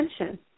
attention